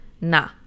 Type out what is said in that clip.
Nah